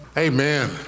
amen